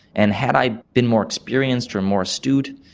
and had i been more experienced or more astute,